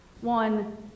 One